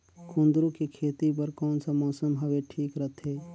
कुंदूरु के खेती बर कौन सा मौसम हवे ठीक रथे?